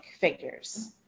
figures